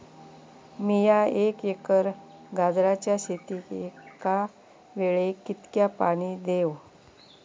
मीया एक एकर गाजराच्या शेतीक एका वेळेक कितक्या पाणी देव?